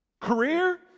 Career